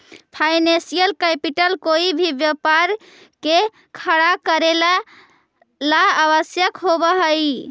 financial capital कोई भी व्यापार के खड़ा करेला ला आवश्यक होवऽ हई